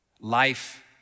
Life